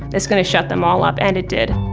it's going to shut them all up, and it did.